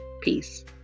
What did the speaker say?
Peace